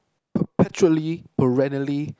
perpetually perennially